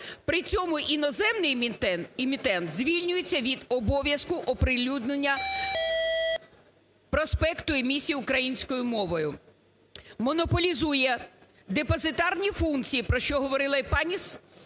при цьому іноземний емітент звільнюється від обов'язку оприлюднення проспекту емісії українською мовою. Монополізує депозитарні функції, про що говорила і пані